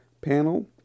panel